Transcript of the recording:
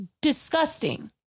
disgusting